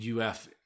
UF